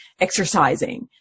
exercising